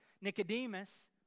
Nicodemus